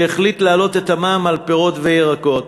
שהחליט להעלות את המע"מ על פירות וירקות,